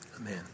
Amen